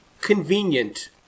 convenient